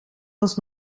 was